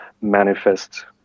manifest